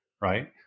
right